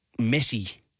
messy